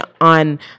on